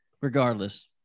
regardless